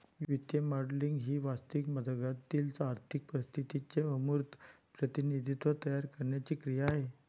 वित्तीय मॉडेलिंग ही वास्तविक जगातील आर्थिक परिस्थितीचे अमूर्त प्रतिनिधित्व तयार करण्याची क्रिया आहे